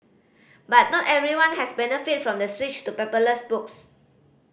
but not everyone has benefited from the switch to paperless books